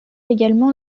également